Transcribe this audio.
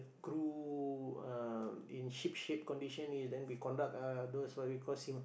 crew uh in ship shape condition is then we conduct uh those what we call simu~